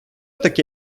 таке